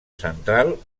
central